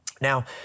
Now